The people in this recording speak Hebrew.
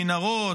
מנהרות,